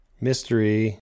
Mystery